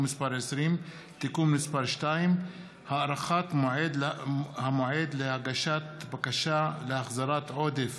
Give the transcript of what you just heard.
מס' 20) (תיקון מס' 2) (הארכת המועד להגשת בקשה להחזרת עודף